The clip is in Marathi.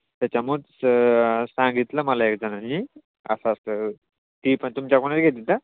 त्याच्यामुळंचं सांगितलं मला एकजणाने असं असं ती पण तुमच्याकडूनच घेते का